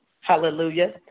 Hallelujah